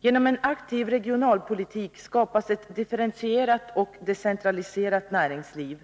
Genom en aktiv regionalpolitik skapas ett differentierat och decentraliserat näringsliv.